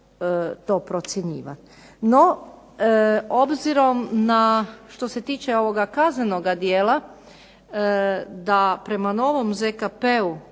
No, obzirom na, što se tiče ovoga kaznenoga dijela, da prema novom ZKP-u